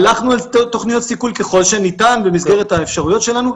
הלכנו על תוכניות סיכול ככל שניתן במסגרת האפשרויות שלנו.